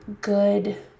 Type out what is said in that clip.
good